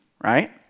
right